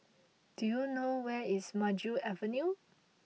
do you know where is Maju Avenue